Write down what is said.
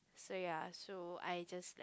so ya so I just